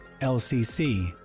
LCC